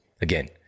Again